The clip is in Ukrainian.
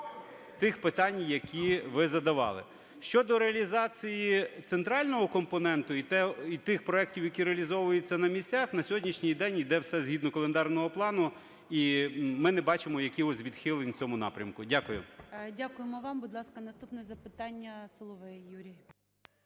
тих питань, які ви задавали. Щодо реалізації центрального компоненту і тих проектів, які реалізовуються на місцях, на сьогоднішній день іде все згідно календарного плану і ми не бачимо якихось відхилень в цьому напрямку. Дякую. ГОЛОВУЮЧИЙ. Дякуємо вам. Будь ласка, наступне запитання – Соловей Юрій.